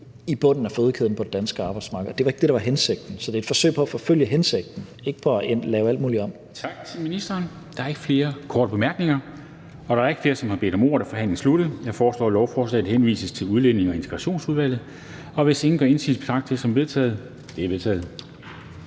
i bunden af fødekæden på det danske arbejdsmarked, og det var ikke det, der var hensigten. Så det er et forsøg på at forfølge hensigten, ikke på at lave alt muligt om. Kl. 18:07 Formanden (Henrik Dam Kristensen): Tak til ministeren. Der er ikke flere korte bemærkninger. Da der ikke er flere, som har bedt om ordet, er forhandlingen sluttet. Jeg foreslår, at lovforslaget henvises til Udlændinge- og Integrationsudvalget. Hvis ingen gør indsigelse, betragter jeg det som vedtaget. Det er vedtaget.